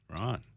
Right